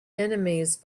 enemies